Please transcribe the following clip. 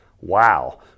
Wow